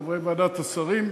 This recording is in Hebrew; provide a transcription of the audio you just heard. את חברי ועדת השרים.